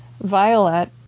Violet